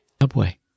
subway